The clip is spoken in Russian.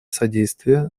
содействия